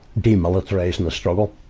demilitarizing the struggle.